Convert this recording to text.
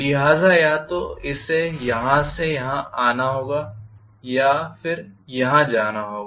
लिहाजा या तो इसे यहां आना होगा या फिर यहां जाना होगा